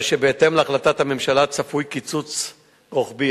הרי שבהתאם להחלטת הממשלה צפוי קיצוץ רוחבי,